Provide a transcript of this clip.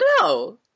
No